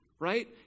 Right